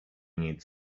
need